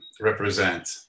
represent